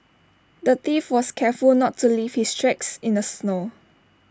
the thief was careful not to leave his tracks in the snow